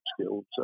skills